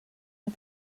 and